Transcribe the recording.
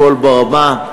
"קול ברמה".